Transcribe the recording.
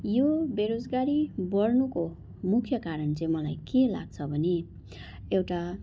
यो बेरोजगारी बढ्नुको मुख्य कारण चाहिँ मलाई के लाग्छ भने एउटा